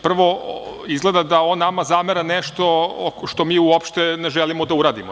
Prvo, izgleda da on nama zamera nešto što mi uopšte ne želimo da uradimo.